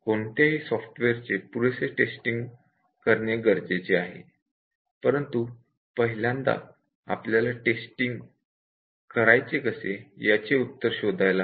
कोणत्याही सॉफ्टवेअरचे पुरेसे टेस्टिंग गरजेचे आहे परंतु पहिल्यांदा आपल्याला सॉफ्टवेअर टेस्टिंग करायचे कसे याचे उत्तर शोधायला आहे